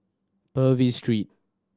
Purvis Street